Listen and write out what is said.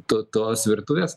tu tos virtuvės